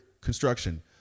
construction